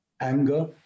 anger